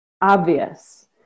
obvious